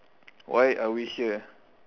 why are we here